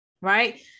right